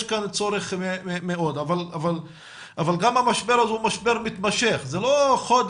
יש כאן מאוד צורך אבל המשבר הזה הוא גם משבר מתמשך זה לא חודש,